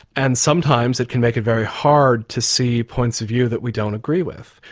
and sometimes it can make it very hard to see points of view that we don't agree with.